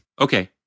Okay